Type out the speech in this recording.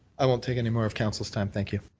i won't take any more of council's time. thank you.